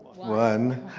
one.